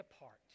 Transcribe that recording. apart